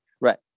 right